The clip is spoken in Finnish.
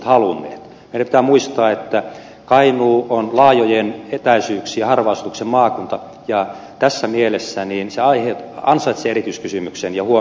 meidän pitää muistaa että kainuu on laajojen etäisyyksien harvan asutuksen maakunta ja tässä mielessä se ansaitsee erityiskysymyksen ja huomion